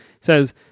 says